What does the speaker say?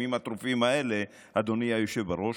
בימים הטרופים האלה, אדוני היושב בראש,